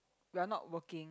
we're not working